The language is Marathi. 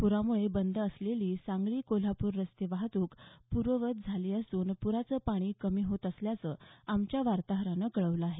पुरामुळे बंद असलेली सांगली कोल्हापूर रस्ते वाहतूक पूर्ववत झाली असून पुराच पाणी कमी होत असल्याचं आमच्या वार्ताहारानं कळवलं आहे